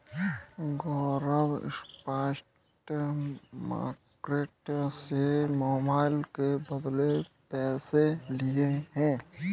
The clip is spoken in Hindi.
गौरव स्पॉट मार्केट से मोबाइल के बदले पैसे लिए हैं